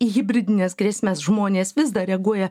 į hibridines grėsmes žmonės vis dar reaguoja